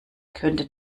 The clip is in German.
könnte